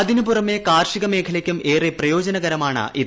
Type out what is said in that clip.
അതിന് പുറമെ കാർഷിക മേഖലയ്ക്കും ഏറെ പ്രയോജനകരമാണിത്